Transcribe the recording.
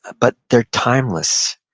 but they're timeless,